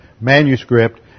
manuscript